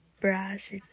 brash